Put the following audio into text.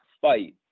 fight